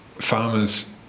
Farmers